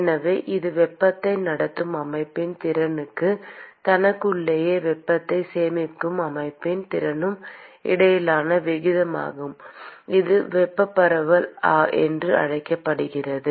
எனவே இது வெப்பத்தை நடத்தும் அமைப்பின் திறனுக்கும் தனக்குள்ளேயே வெப்பத்தை சேமிக்கும் அமைப்பின் திறனுக்கும் இடையிலான விகிதமாகும் இது வெப்ப பரவல் என்று அழைக்கப்படுகிறது